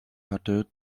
hatte